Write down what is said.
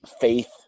faith